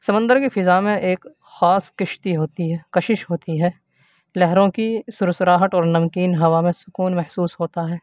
سمندر کی فضاء میں ایک خاص کشش ہوتی ہے کشش ہوتی ہے لہروں کی سرسراہٹ اور نمکین ہوا میں سکون محسوس ہوتا ہے